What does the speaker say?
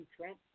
Trump